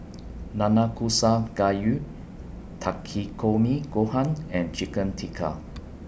Nanakusa Gayu Takikomi Gohan and Chicken Tikka